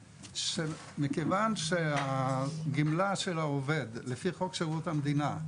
שמכיוון שהגמלה של העובד לפי חוק שירות המדינה,